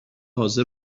حاضر